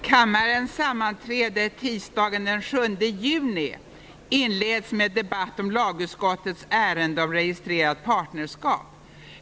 Kammarens sammanträde tisdagen den 7 juni inleds med debatt om lagutskottets ärende om registrerat partnerskap.